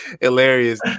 Hilarious